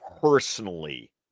personally